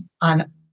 on